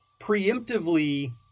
preemptively